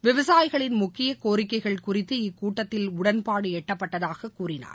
விவசாயிகளின் முக்கிய கோரிக்கைகள் குறித்து இக்கூட்டத்தில் உடன்பாடு எட்டப்பட்டதாக கூறினார்